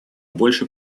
больше